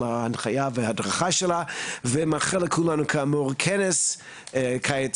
על ההנחיה וההדרכה שלה ואני רוצה לאחל לכולנו כאמור כנס קיץ